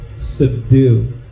subdue